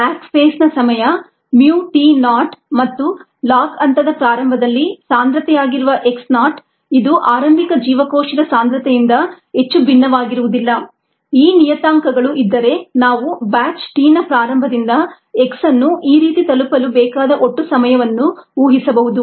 lag ಫೇಸ್ನ ಸಮಯ mu t naught ಮತ್ತು ಲಾಗ್ ಹಂತದ ಪ್ರಾರಂಭದಲ್ಲಿ ಸಾಂದ್ರತೆಯಾಗಿರುವ x ನಾಟ್ ಇದು ಆರಂಭಿಕ ಜೀವಕೋಶದ ಸಾಂದ್ರತೆಯಿಂದ ಹೆಚ್ಚು ಭಿನ್ನವಾಗಿರುವುದಿಲ್ಲ ಈ ನಿಯತಾಂಕಗಳು ಇದ್ದರೆ ನಾವು ಬ್ಯಾಚ್ t ನ ಪ್ರಾರಂಭದಿಂದ x ಅನ್ನು ಈ ರೀತಿ ತಲುಪಲು ಬೇಕಾದ ಒಟ್ಟು ಸಮಯವನ್ನು ಊಹಿಸಬಹುದು